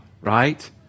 right